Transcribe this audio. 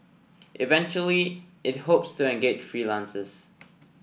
eventually it hopes that engage freelancers